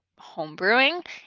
homebrewing